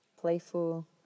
playful